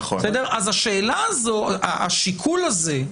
אז השאלה הזו, השיקול הזה,